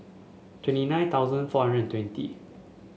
twenty nine thousand four hundred and twenty